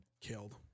Killed